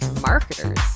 marketers